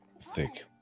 thick